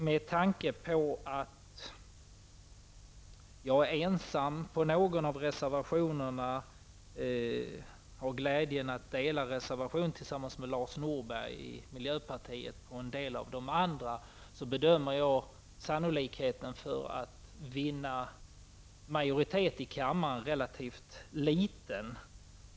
Med tanke på att jag är ensam på någon av reservationerna och har glädjen att dela de flesta med Lars Norberg i miljöpartiet är sannolikheten för att finna majoritet i kammaren relativt liten.